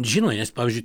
žino nes pavyzdžiui